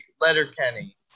Letterkenny